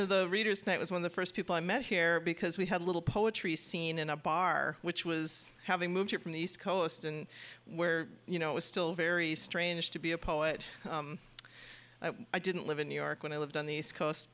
of the readers that was when the first people i met here because we had a little poetry scene in a bar which was having moved here from the east coast and where you know it was still very strange to be a poet i didn't live in new york when i lived on the east coast